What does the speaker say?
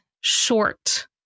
short